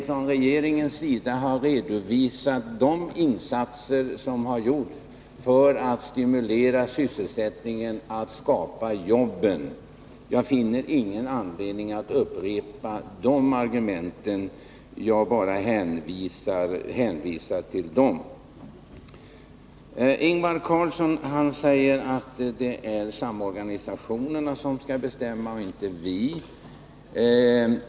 Från regeringens sida har vi vid de tillfällena redovisat de insatser som har gjorts för att stimulera sysselsättningen så att jobb skapas. Jag finner ingen anledning att upprepa argumenten i det avseendet, utan jag bara hänvisar till dem. Ingvar Karlsson i Bengtsfors säger att det är samorganisationerna som skall bestämma och inte vi.